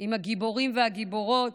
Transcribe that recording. עם הגיבורים והגיבורות,